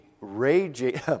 raging